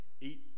eat